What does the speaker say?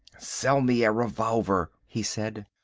sell me a revolver, he said.